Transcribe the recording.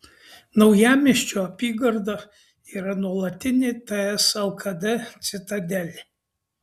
naujamiesčio apygarda yra nuolatinė ts lkd citadelė